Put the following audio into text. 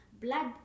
Blood